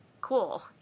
cool